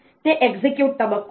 તે એક્ઝિક્યુટ તબક્કો છે